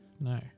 No